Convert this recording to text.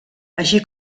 així